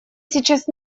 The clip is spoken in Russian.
сейчас